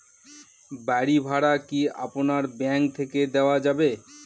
বাড়ী ভাড়া কি আপনার ব্যাঙ্ক থেকে দেওয়া যাবে?